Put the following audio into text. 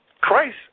Christ